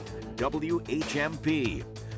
WHMP